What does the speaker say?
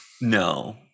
No